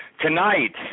Tonight